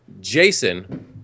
Jason